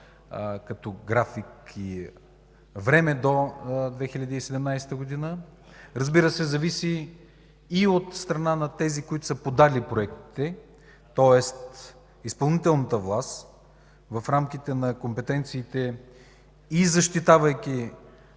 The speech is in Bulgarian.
като график и време до 2017 г., разбира се, това зависи и от тези, които са подали проектите, тоест изпълнителната власт, в рамките на компетенциите и защитавайки